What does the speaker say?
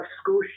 school